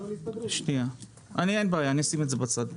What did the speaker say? אין בעיה, אשים את הניירות בצד.